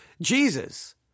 Jesus